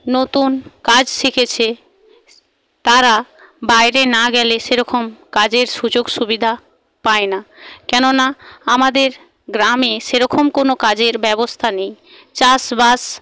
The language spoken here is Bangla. নতুন কাজ শিখেছে তারা বাইরে না গেলে সেরকম কাজের সুযোগ সুবিধা পায় না কেননা আমাদের গ্রামে সেরকম কোনো কাজের ব্যবস্থা নেই চাষবাস